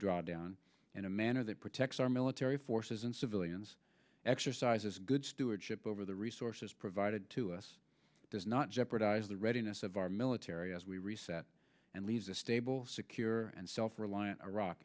drawdown in a manner that protects our military forces and civilians exercises good stewardship over the resources provided to us does not jeopardize the readiness of our military as we reset and leaves a stable secure and self reliant iraq